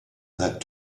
that